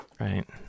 Right